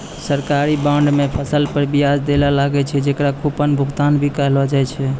सरकारी बांड म समय पर बियाज दैल लागै छै, जेकरा कूपन भुगतान भी कहलो जाय छै